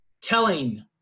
telling